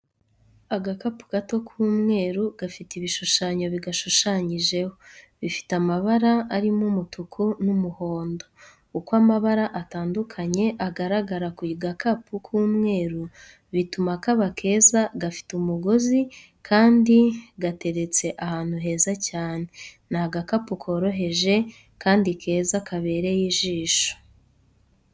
Agakapu gato k'umweru gafite ibishushanyo bigashushanyijeho, bifite amabara, arimo umutuku n'umuhondo. Uko amabara atandukanye agaragara ku gakapu k'umweru bituma kaba keza. Gafite umugozi kandi gateretse ahantu heza cyane. Ni agakapu koroheje kandi keza kabereye ijisho.